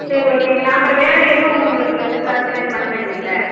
சரி ஓகேங்க நான் அப்புறம் வேறு எதுவும் உங்களுக்கு இந்த சார்ஜெல்லாம் எதுவும் பண்ண மாட்டிங்கள்ல